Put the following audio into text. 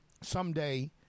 someday